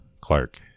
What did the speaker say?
Clark